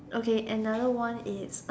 okay another one is